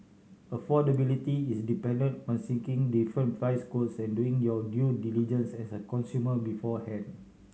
affordability is dependent on seeking different price quotes and doing your due diligence as a consumer beforehand